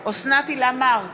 אוסנת הילה מארק,